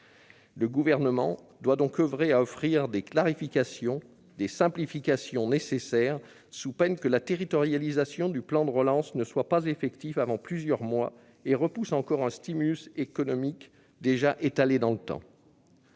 Le Gouvernement doit donc oeuvrer à offrir les clarifications et simplifications nécessaires, sous peine que la territorialisation du plan de relance ne soit pas effective avant plusieurs mois et repousse encore un économique déjà étalé dans le temps.